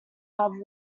have